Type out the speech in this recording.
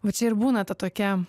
va čia ir būna ta tokia